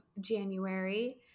January